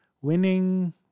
Winning